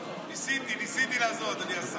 ניסיתי, ניסיתי לעזור, אדוני השר.